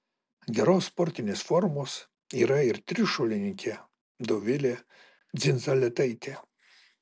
geros sportinės formos yra ir trišuolininkė dovilė dzindzaletaitė